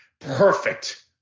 perfect